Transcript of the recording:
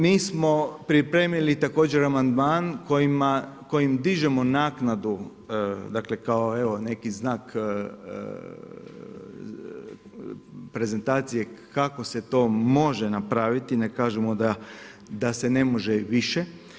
Mi smo pripremili također amandman kojim dižemo naknadu kao neki znak prezentacije kako se to može napraviti, ne kažemo da se ne može i više.